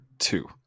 two